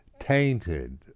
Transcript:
Tainted